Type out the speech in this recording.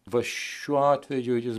va šiuo atveju jis